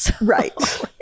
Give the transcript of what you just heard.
Right